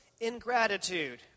ingratitude